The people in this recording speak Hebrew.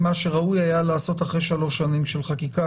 נמה שראוי היה לעשות אחרי 3 שנים של חקיקה.